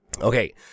Okay